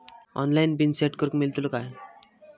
Online PIN set करूक मेलतलो काय?